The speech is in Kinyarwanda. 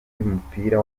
y’umupira